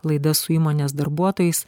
laida su įmonės darbuotojais